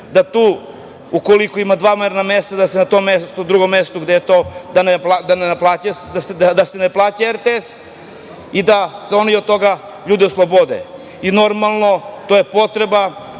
da tu ukoliko ima dva merna mesta da se na tom drugom mestu da se ne plaća RTS i da se oni od toga ljudi oslobode i normalno to je potreba